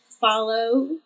follow